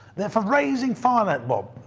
they are for raising finance. well,